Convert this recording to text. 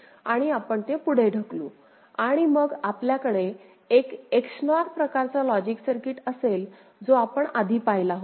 आणि आपण ते पुढे ढकलू आणि मग आपल्याकडे एक XNOR प्रकारचा लॉजिक सर्किट असेल जो आपण आधी पाहिला होता